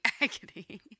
agony